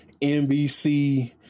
NBC